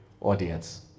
audience